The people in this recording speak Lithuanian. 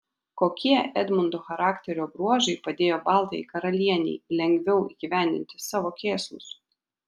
kokie edmundo charakterio bruožai padėjo baltajai karalienei lengviau įgyvendinti savo kėslus